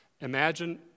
Imagine